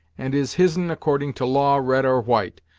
and is his'n according to law, red or white,